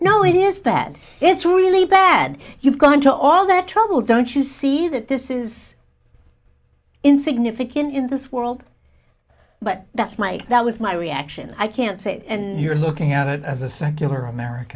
know it is bad it's really bad you've gone to all that trouble don't you see that this is insignificant in this world but that's my that was my reaction i can't see it and you're looking at it as a secular america